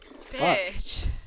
Bitch